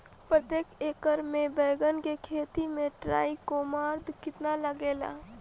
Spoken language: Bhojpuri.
प्रतेक एकर मे बैगन के खेती मे ट्राईकोद्रमा कितना लागेला?